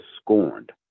scorned